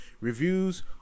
reviews